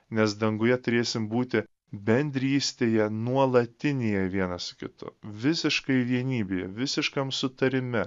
nes danguje turėsim būti bendrystėje nuolatinėje vienas su kitu visiškai vienybėje visiškam sutarime